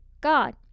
God